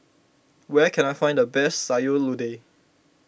where can I find the best Sayur Lodeh